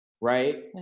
Right